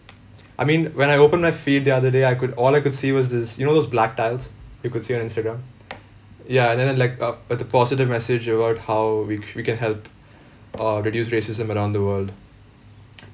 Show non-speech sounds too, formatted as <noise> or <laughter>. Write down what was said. I mean when I opened my feed the other day I could all I could see was this you know those black tiles you could see on instagram ya and then like a the positive message about how we cou~ we can help uh reduce racism around the world <noise>